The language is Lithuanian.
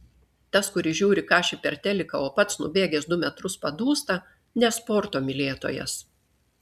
tas kuris žiūri kašį per teliką o pats nubėgęs du metrus padūsta ne sporto mylėtojas